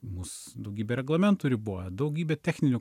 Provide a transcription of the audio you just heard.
mus daugybė reglamentų riboja daugybė techninių